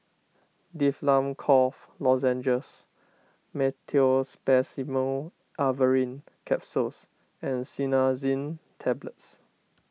Difflam Cough Lozenges Meteospasmyl Alverine Capsules and Cinnarizine Tablets